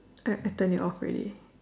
I I turn it off already